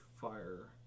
fire